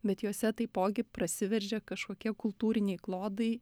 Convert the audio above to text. bet juose taipogi prasiveržia kažkokie kultūriniai klodai